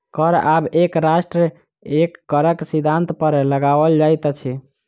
कर आब एक राष्ट्र एक करक सिद्धान्त पर लगाओल जाइत अछि